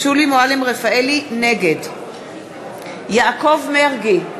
נגד יעקב מרגי,